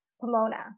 Pomona